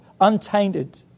Untainted